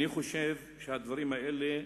הדברים האלה,